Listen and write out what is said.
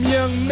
Young